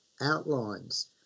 outlines